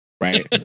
Right